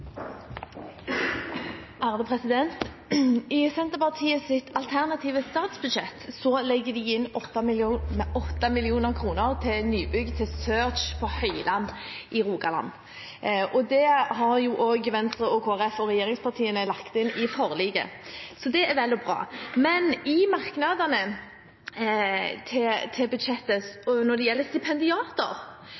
I Senterpartiets alternative statsbudsjett legger de inn 8 mill. kr til nybygg til SEARCH på Høyland i Rogaland. Det har også Venstre, Kristelig Folkeparti og regjeringspartiene lagt inn i forliket. Det er vel og bra. Men i merknadene til budsjettet, når det gjelder stipendiater,